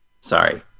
Sorry